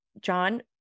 John